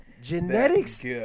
Genetics